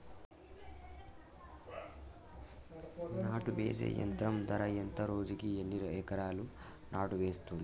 నాటు వేసే యంత్రం ధర ఎంత రోజుకి ఎన్ని ఎకరాలు నాటు వేస్తుంది?